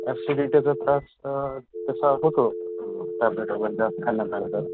ॲसिडिटीचा त्रास तसा होतो टॅब्लेट वगैरे जास्त खाण्यात आलं तर